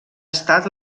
estat